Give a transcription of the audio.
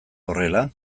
horrela